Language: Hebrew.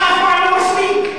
אתה אף פעם לא מסמיק.